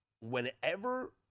whenever